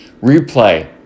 Replay